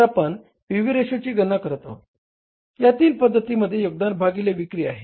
तर आपण P V रेशोची गणना करत आहोत या तीन पद्धतींमध्ये योगदान भागिले विक्री आहे